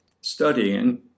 studying